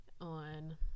on